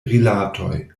rilatoj